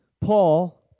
Paul